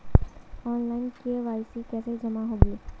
Online KYC कैसे जमा होगी?